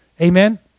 Amen